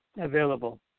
available